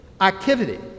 activity